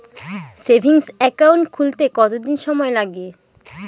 Savings account খুলতে কতদিন সময় লাগে?